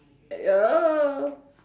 ya